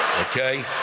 Okay